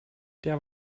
der